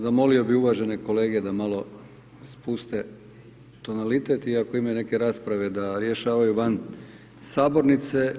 Zamolio bih uvažene kolege da malo spuste tonalitet i ako imaju neke rasprave da rješavaju van sabornice.